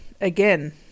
again